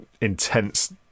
intense